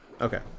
okay